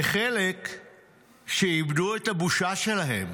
וחלק שאיבדו את הבושה שלהם.